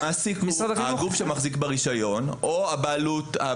הגוף שמחזיק ברישיון או הבעלות.